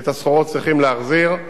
ואת הסחורות צריכים להחזיר,